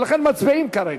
ולכן מצביעים כרגע.